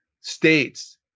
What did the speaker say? states